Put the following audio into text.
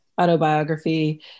autobiography